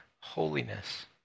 holiness